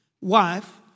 wife